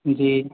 जी